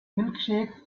milkshake